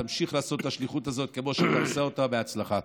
תמשיך לעשות את השליחות הזאת כמו שאתה עושה אותה בהצלחה.